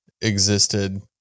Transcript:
existed